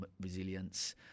resilience